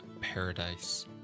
paradise